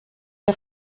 der